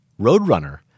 Roadrunner